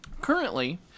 Currently